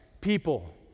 people